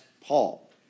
Paul